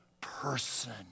person